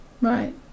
Right